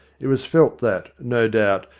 it was felt that, no doubt,